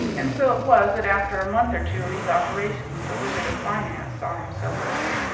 and so it was that after a month or two of these operations the wizard of finance saw himself beaten.